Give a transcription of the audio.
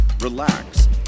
relax